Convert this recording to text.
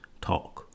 talk